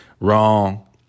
Wrong